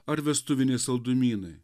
ar vestuviniai saldumynai